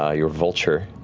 ah your vulture,